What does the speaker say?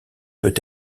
peut